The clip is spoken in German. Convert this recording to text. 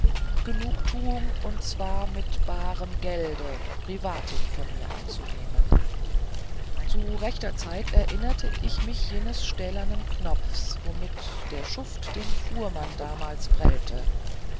genugtuung und zwar mit barem gelde privatim von mir anzunehmen zu rechter zeit erinnerte ich mich jenes stählernen knopfs womit der schuft den fuhrmann damals prellte